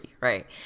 Right